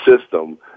system